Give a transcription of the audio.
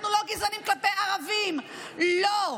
אנחנו לא גזענים כלפי ערבים, לא.